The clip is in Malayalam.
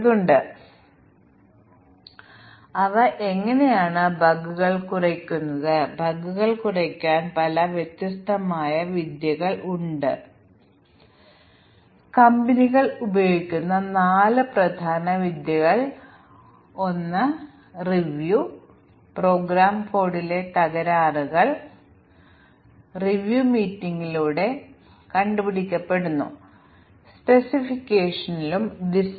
അതിനാൽ ധാരാളം മ്യൂറ്റന്റ്കളെ സൃഷ്ടിക്കുക തുടർന്ന് ഞങ്ങളുടെ ടെസ്റ്റ് കേസുകൾ ഉപയോഗിച്ച് ഞങ്ങൾ മ്യൂട്ടന്റ്കളെ പരീക്ഷിക്കുകയും ചില ടെസ്റ്റ് കേസുകൾ ഒരു മ്യൂട്ടേറ്റ് ചെയ്ത പ്രോഗ്രാമിനായി ഫിൽ ആവുകയും ചെയ്താൽ ഞങ്ങൾ പറയുന്നത് മ്യൂട്ടന്റ് മരിച്ചു ഞങ്ങൾ രൂപകൽപ്പന ചെയ്ത ഞങ്ങളുടെ ടെസ്റ്റ് കേസുകൾ മതി